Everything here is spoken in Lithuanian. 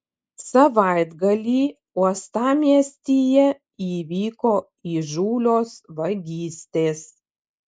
savaitgalį uostamiestyje įvyko įžūlios vagystės